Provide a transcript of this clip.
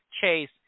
Chase